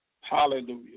Hallelujah